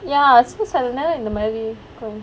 ya இந்த மாதிரி:intha maathiri